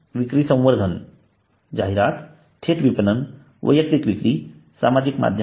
विक्री संवर्धन जाहिरात थेट विपणन वैयक्तिक विक्री समाज माध्यम